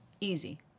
Easy